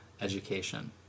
education